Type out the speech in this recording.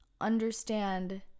understand